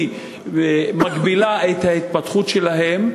היא מגבילה את ההתפתחות שלהן,